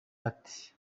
ati